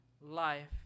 life